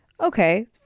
Okay